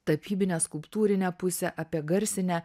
tapybinę skulptūrinę pusę apie garsinę